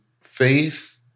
faith